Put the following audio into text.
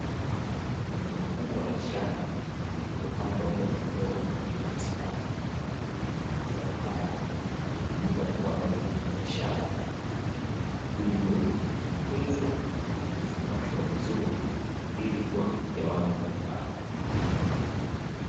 Eneo kubwa la shamba lililopandwa mbogamboga katika mistari, mazao haya hutumika kwa ajili ya biashara hivyo hutunzwa na kufungashwa vizuri ili kuwafikia watu mbalimbali.